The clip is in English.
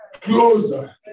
closer